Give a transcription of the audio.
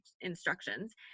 instructions